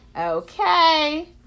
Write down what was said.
Okay